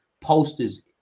Posters